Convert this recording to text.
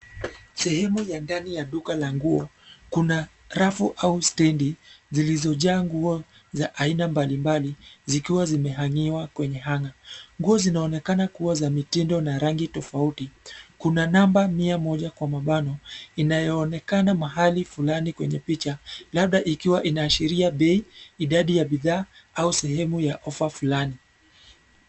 Sehemu ya ndani ya duka la nguo, kuna, rafu au stendi, zilizojaa nguo, za aina mbali mbali, zikiwa zimehangiwa kwenye hanger , nguo zinaonekana kuwa za mitindo na rangi tofauti, kuna namba mia moja kwa mabano, inayoonekana mahali fulani kwenye picha, labda ikiwa inaashiria bei, idadi ya bidhaa au sehemu ya ofa fulani.